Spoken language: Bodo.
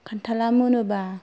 खान्थाला मोनोब्ला